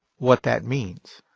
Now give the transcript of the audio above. what that means.